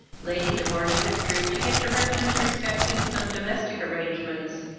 lady de morney withdrew to give directions respecting some domestic arrangements,